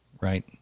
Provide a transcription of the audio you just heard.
Right